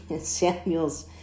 samuel's